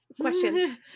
question